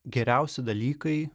geriausi dalykai